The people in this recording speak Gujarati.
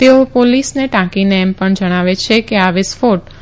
તેઓ પોલીસને ટાંકીને એમ પણ જણાવે છે કે આ વિસ્ફોટ